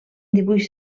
dibuix